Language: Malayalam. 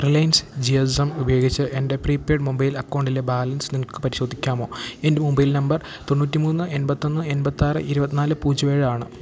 റിലയൻസ് ജി എസ് എം ഉപയോഗിച്ച് എൻ്റെ പ്രീപെയ്ഡ് മൊബൈൽ അക്കൗണ്ടിലെ ബാലൻസ് നിങ്ങൾക്ക് പരിശോധിക്കാമോ എൻ്റെ മൊബൈൽ നമ്പർ തൊണ്ണൂറ്റിമൂന്ന് എൺപത്തൊന്ന് എൺപത്താറ് ഇരുപത്തിനാല് പൂജ്യം ഏഴ് ആണ്